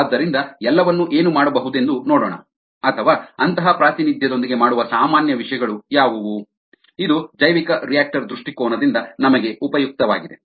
ಆದ್ದರಿಂದ ಎಲ್ಲವನ್ನೂ ಏನು ಮಾಡಬಹುದೆಂದು ನೋಡೋಣ ಅಥವಾ ಅಂತಹ ಪ್ರಾತಿನಿಧ್ಯದೊಂದಿಗೆ ಮಾಡುವ ಸಾಮಾನ್ಯ ವಿಷಯಗಳು ಯಾವುವು ಇದು ಜೈವಿಕರಿಯಾಕ್ಟರ್ ದೃಷ್ಟಿಕೋನದಿಂದ ನಮಗೆ ಉಪಯುಕ್ತವಾಗಿದೆ